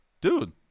dude